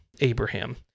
Abraham